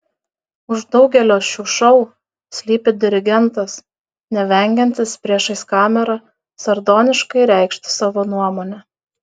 už daugelio šių šou slypi dirigentas nevengiantis priešais kamerą sardoniškai reikšti savo nuomonę